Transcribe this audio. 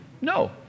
No